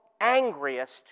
angriest